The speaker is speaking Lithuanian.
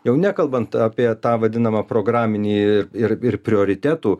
jau nekalbant apie tą vadinamą programinį ir prioritetų